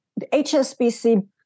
HSBC